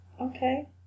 Okay